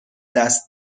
دست